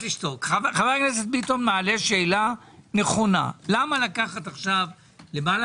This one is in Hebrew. חבר הכנסת ביטון מעלה שאלה נכונה למה לקחת עכשיו למעלה